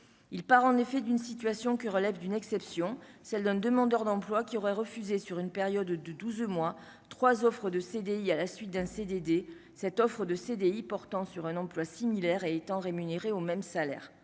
il part en effet d'une situation qui relève d'une exception, celle d'un demandeur d'emploi qui aurait refusé, sur une période de 12 mois, 3 offres de CDI à la suite d'un CDD, cette offre de CDI portant sur un emploi similaire et étant rémunérés au même salaire,